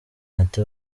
ati